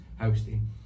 hosting